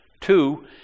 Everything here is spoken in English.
Two